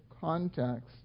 context